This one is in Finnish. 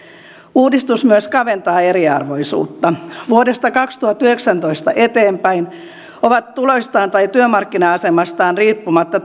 uudistus myös kaventaa eriarvoisuutta vuodesta kaksituhattayhdeksäntoista eteenpäin ihmiset ovat tuloistaan tai työmarkkina asemastaan riippumatta